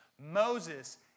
Moses